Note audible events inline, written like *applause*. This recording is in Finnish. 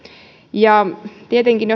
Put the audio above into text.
ja tietenkin *unintelligible*